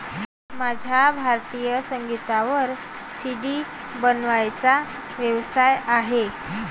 माझा भारतीय संगीतावर सी.डी बनवण्याचा व्यवसाय आहे